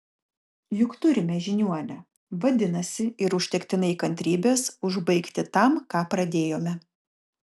juk turime žiniuonę vadinasi ir užtektinai kantrybės užbaigti tam ką pradėjome